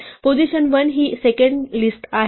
आणि पोझिशन 1 ही स्वतः सेकंड लिस्ट आहे